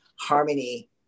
harmony